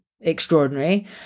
extraordinary